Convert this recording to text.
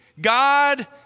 God